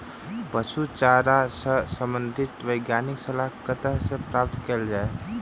पशु चारा सऽ संबंधित वैज्ञानिक सलाह कतह सऽ प्राप्त कैल जाय?